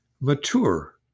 mature